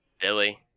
Billy